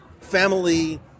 family